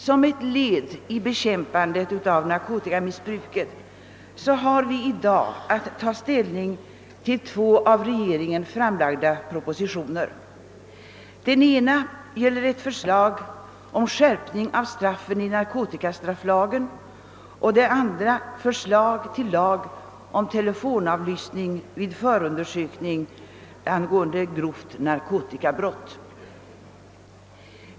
Som ett led i bekämpandet av narkotikamissbruket har vi i dag att ta ställning till två av regeringen framlagda propositioner. Den ena gäller ett förslag om skärpning av straffen i narkotikastrafflagen, och den andra förslag till lag om telefonavlyssning vid förundersökning angående grovt narkotikabrott.